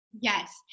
Yes